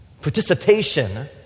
participation